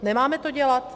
Nemáme to dělat?